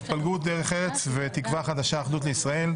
התפלגות דרך ארץ ותקווה חדשה-אחדות לישראל.